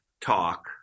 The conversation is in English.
talk